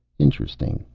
interesting.